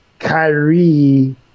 Kyrie